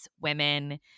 women